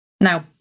Now